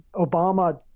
Obama